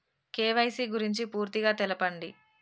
KYC గురించి పూర్తిగా తెలపండి?